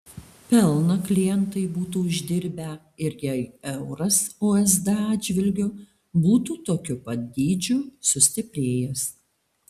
pelną klientai būtų uždirbę ir jei euras usd atžvilgiu būtų tokiu pat dydžiu sustiprėjęs